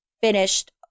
finished